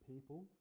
people